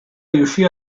riuscì